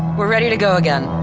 we're ready to go again.